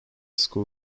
school